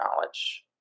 knowledge